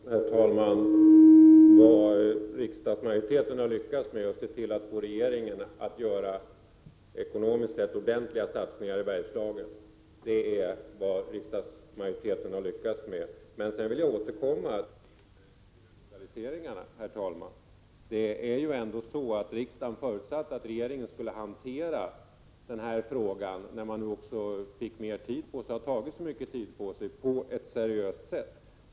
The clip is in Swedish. Herr talman! Riksdagsmajoriteten har lyckats med att se till att regeringen gör ekonomiskt sett ordentliga satsningar i Bergslagen. Låt mig så återkomma till utlokaliseringarna. Riksdagen har förutsatt att regeringen när den nu har tagit så lång tid på sig skulle hantera denna fråga på ett seriöst sätt.